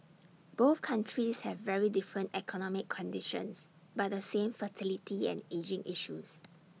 both countries have very different economic conditions but the same fertility and ageing issues